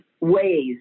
ways